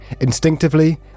Instinctively